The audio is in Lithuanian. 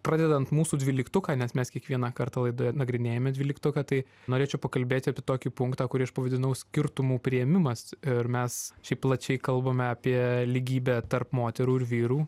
pradedant mūsų dvyliktuką nes mes kiekvieną kartą laidoje nagrinėjame dvyliktuką tai norėčiau pakalbėti apie tokį punktą kurį aš pavadinau skirtumų priėmimas ir mes šiaip plačiai kalbame apie lygybę tarp moterų ir vyrų